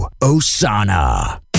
Osana